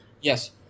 Yes